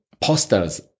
posters